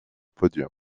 podium